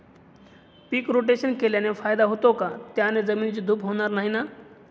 पीक rotation केल्याने फायदा होतो का? त्याने जमिनीची धूप होणार नाही ना?